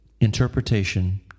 interpretation